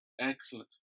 excellent